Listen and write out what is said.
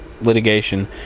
litigation